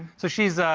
so, she's, ah,